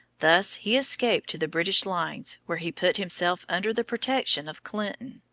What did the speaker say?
thus he escaped to the british lines where he put himself under the protection of clinton.